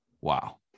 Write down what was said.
Wow